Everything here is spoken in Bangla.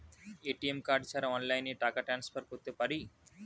এ.টি.এম কার্ড ছাড়া অনলাইনে টাকা টান্সফার করতে পারি?